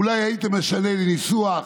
אולי היית משנה איזה ניסוח,